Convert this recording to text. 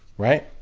right?